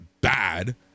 bad